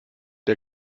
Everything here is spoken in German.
der